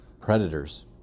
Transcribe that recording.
predators